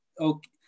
okay